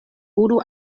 unu